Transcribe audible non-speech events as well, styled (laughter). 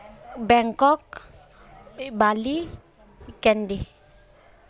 Bangkok ᱵᱟᱞᱤ candy (unintelligible)